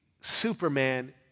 Superman